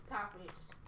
Topics